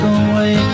away